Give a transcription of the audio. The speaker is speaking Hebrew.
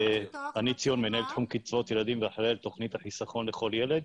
אני מנהל תחום קצבאות ילדים ואחראי על תוכנית החיסכון לכל ילד.